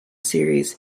series